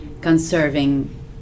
conserving